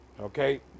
Okay